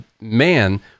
man